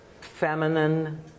feminine